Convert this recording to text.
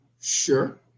Sure